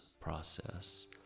process